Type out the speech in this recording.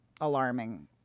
alarming